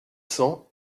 cents